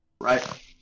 Right